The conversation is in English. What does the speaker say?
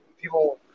people